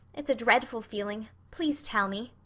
it's a dreadful feeling. please tell me.